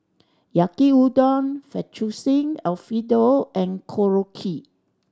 Yaki Udon Fettuccine Alfredo and Korokke